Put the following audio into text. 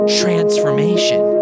transformation